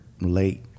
late